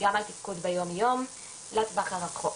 גם על תפקוד ביומיום, לטווח הרחוק.